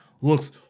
looks